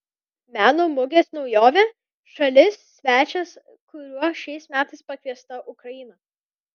meno mugės naujovė šalis svečias kuriuo šiais metais pakviesta ukraina